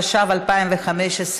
התשע"ו 2015,